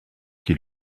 qui